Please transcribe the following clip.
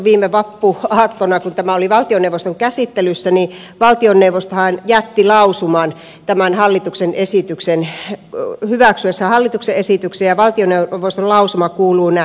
viime vappuaattona kun tämä oli valtioneuvoston käsittelyssä valtioneuvosto jätti lausuman hyväksyessään hallituksen esityksen ja valtioneuvoston lausuma kuuluu näin